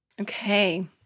Okay